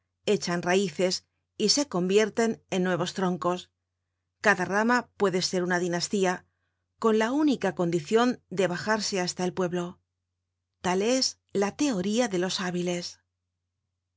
echan raices y se convierten en nuevos troncos cada rama puede ser una dinastía con la única condicion de bajarse hasta el pueblo tal es la teoría de los hábiles